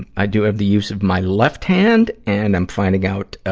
i do have the use of my left hand, and i'm finding out, ah,